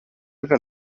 per